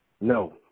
No